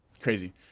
Crazy